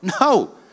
no